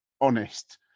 honest